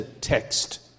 text